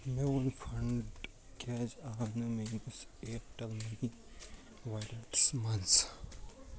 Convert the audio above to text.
میون فنڈ کیٛازِ آو نہٕ میٲنِس اِیَرٹیٚل مٔنی ویلٹَس منٛز